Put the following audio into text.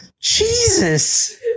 Jesus